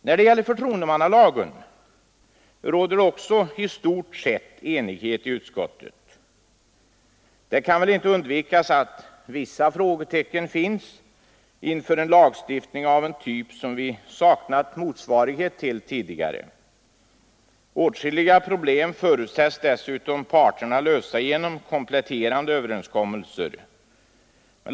När det gäller förtroendemannlagen råder också i stort sett enighet i utskottet. Det kan väl inte undvikas att vissa frågetecken finns inför en lagstiftning av en typ som vi saknar motsvarighet till tidigare. Åtskilliga problem förutsätts dessutom parterna lösa genom kompletterande överenskommelser.